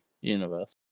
universe